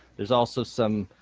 there's also some,